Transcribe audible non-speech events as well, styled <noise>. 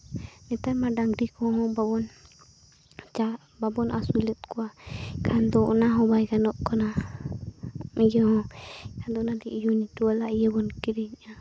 ᱱᱮᱛᱟᱨ ᱢᱟ ᱰᱟᱝᱨᱤ ᱠᱚᱦᱚᱸ ᱵᱟᱝᱵᱚᱱ ᱪᱟᱜ ᱵᱟᱵᱚᱱ ᱟᱹᱥᱩᱞᱮᱫ ᱠᱚᱣᱟ ᱠᱷᱟᱱᱫᱚ ᱚᱱᱟ ᱦᱚᱸ ᱵᱟᱭ ᱜᱟᱱᱚᱜ ᱠᱟᱱᱟ ᱤᱭᱟᱹ ᱦᱚᱸ <unintelligible> ᱤᱭᱟᱹ ᱵᱚᱱ ᱠᱤᱨᱤᱧᱮᱫᱼᱟ